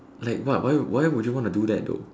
like what why would why would you want to do that though